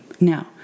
Now